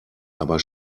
aber